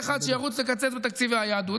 יהיה אחד שירוץ לקצץ בתקציבי היהדות,